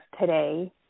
today